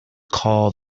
call